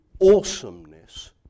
awesomeness